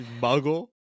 Muggle